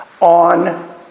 on